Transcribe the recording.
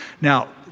Now